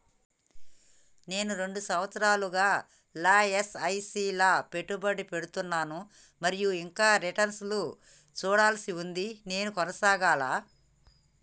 నేను రెండు సంవత్సరాలుగా ల ఎస్.ఐ.పి లా పెట్టుబడి పెడుతున్నాను మరియు ఇంకా రిటర్న్ లు చూడాల్సి ఉంది నేను కొనసాగాలా?